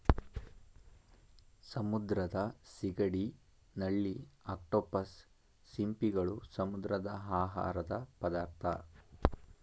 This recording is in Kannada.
ಸಮುದ್ರದ ಸಿಗಡಿ, ನಳ್ಳಿ, ಅಕ್ಟೋಪಸ್, ಸಿಂಪಿಗಳು, ಸಮುದ್ರದ ಆಹಾರದ ಪದಾರ್ಥ